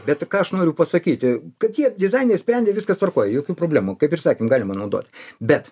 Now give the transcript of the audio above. bet ką aš noriu pasakyti kad tie dizaineriai sprendė viskas tvarkoj jokių problemų kaip ir sakėm galima naudot bet